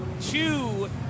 two